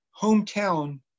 hometown